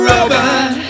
Robot